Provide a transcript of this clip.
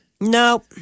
Nope